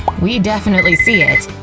we definitely see it.